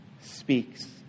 speaks